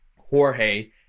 Jorge